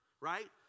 right